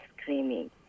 screaming